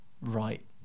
right